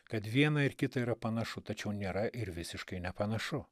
kad viena ir kita yra panašu tačiau nėra ir visiškai nepanašu